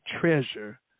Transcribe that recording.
treasure